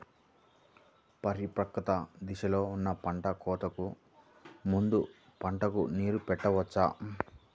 పరిపక్వత దశలో ఉన్న పంట కోతకు ముందు పంటకు నీరు పెట్టవచ్చా?